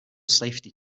safety